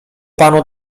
panu